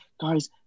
guys